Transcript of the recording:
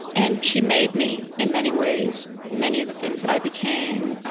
and she made me, in many ways, many of the things that i became,